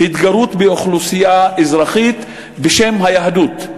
התגרות באוכלוסייה אזרחית בשם היהדות,